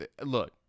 look